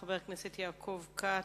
חבר הכנסת יעקב כץ.